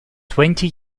twenty